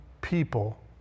people